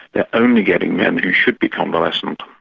they're only getting men who should be convalescent.